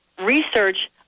research